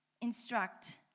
instruct